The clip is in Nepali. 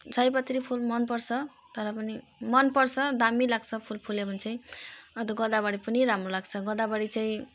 सयपत्री फुल मन पर्छ तर पनि मन पर्छ दामी लाग्छ फुल फुल्यो भने चाहिँ अनि त गोदावरी पनि राम्रो लाग्छ गोदावरी चाहिँ